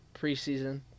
preseason